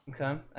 Okay